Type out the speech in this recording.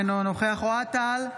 אינו נוכח אוהד טל,